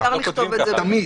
תמיד.